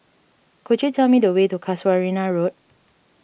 could you tell me the way to Casuarina Road